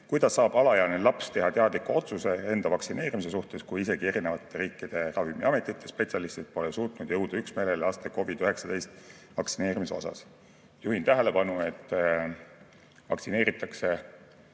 "Kuidas saab alaealine laps teha teadliku otsuse enda vaktsineerimise suhtes, kui isegi erinevate riikide ravimiametite spetsialistid pole suutnud jõuda üksmeelele laste covid-19 vaktsineerimise osas?" Juhin tähelepanu, et vaktsineeritakse